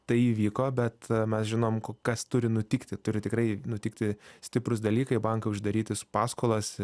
tai įvyko bet mes žinom ko kas turi nutikti turi tikrai nutikti stiprūs dalykai banai uždaryti su paskolas